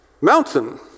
mountain